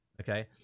Okay